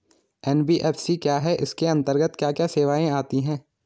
NBFC क्या है इसके अंतर्गत क्या क्या सेवाएँ आती हैं?